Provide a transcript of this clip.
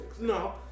No